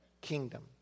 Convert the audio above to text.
kingdom